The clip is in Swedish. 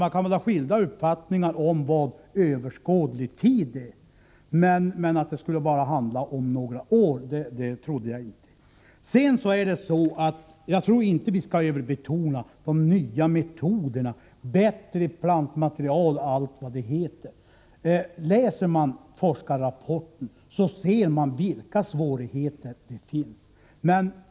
Man kan väl ha skilda uppfattningar om vad ”överskådlig tid” är, men att det bara skulle handla om några år trodde jag inte. Jag tror inte man skall överbetona de nya metoderna, bättre plantmaterial och allt vad det heter. Läser man forskarrapporten ser man vilka svårigheter som finns.